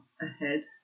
ahead